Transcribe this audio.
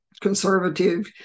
conservative